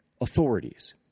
authorities